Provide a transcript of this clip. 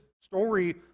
story